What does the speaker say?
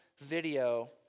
video